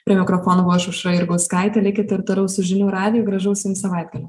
prie mikrofono buvau aš aušra jurgauskaitė likit ir toliau su žinių radiju gražaus jums savaitgalio